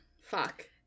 Fuck